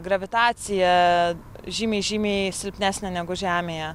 gravitacija žymiai žymiai silpnesnė negu žemėje